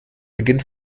beginnt